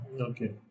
okay